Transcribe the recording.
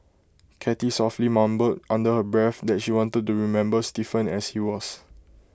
cathy softly muttered under her breath that she wanted to remember Stephen as he was